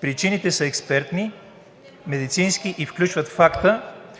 Причините са експертни, медицински и включват факта,